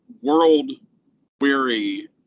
world-weary